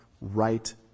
right